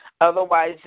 Otherwise